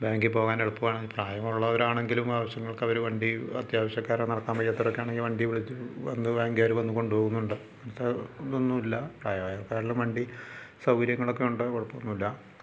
ബാങ്കിൽ പോകാൻ എളുപ്പമാണ് പ്രായമുള്ളവരാണെങ്കിലും ആവശ്യങ്ങൾക്ക് അവർ വണ്ടി അത്യാവശ്യക്കാർ നടക്കാൻ വയ്യാത്തവരൊക്കാണെങ്കിൽ വണ്ടി വിളിച്ച് വന്ന് ബാങ്കുകാർ വന്ന് കൊണ്ടുപോകുന്നുണ്ട് മറ്റേ ഇതൊന്നുമില്ല പ്രായമായ ആൾക്കാരെല്ലാം വണ്ടി സൗകര്യങ്ങളൊക്കെയുണ്ട് കുഴപ്പമൊന്നുല്ല